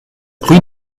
rue